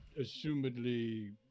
Assumedly